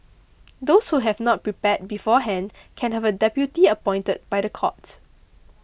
those who have not prepared beforehand can have a deputy appointed by the court